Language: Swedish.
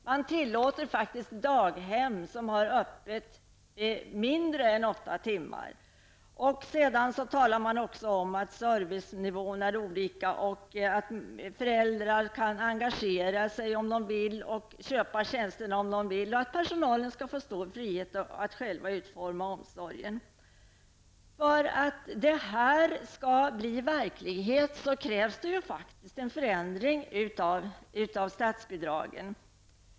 Man tillåter faktiskt daghem som har öppet mindre än åtta timmar. Sedan talar man även om att servicenivån är olika. Föräldrarna skall kunna välja om de vill engagera sig eller köpa tjänsterna, och personalen skall få större frihet att själv utforma omsorgen. För att detta skall bli verklighet krävs det faktiskt en förändring av statsbidragen.